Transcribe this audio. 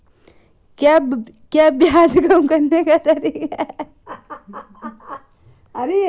क्या ब्याज कम करने का कोई तरीका है?